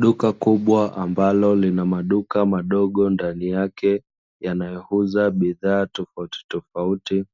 Duka kubwa ambalo lina maduka madogo ndani yake yanayouza bidhaa tofautitofauti.